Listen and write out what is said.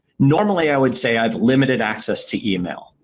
normally i would say i've limited access to email.